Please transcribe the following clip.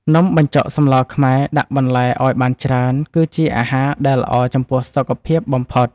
នំបញ្ចុកសម្លខ្មែរដាក់បន្លែឱ្យបានច្រើន គឺជាអាហារដែលល្អចំពោះសុខភាពបំផុត។